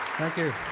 thank you.